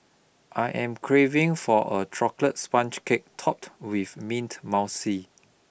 I am craving for a chocolate sponge cake topped with mint mousse